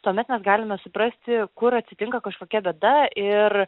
tuomet mes galime suprasti kur atsitinka kažkokia bėda ir